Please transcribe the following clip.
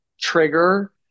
trigger